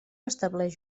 estableix